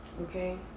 okay